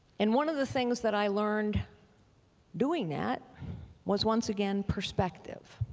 and one of the things that i learned doing that was once again perspective.